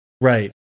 Right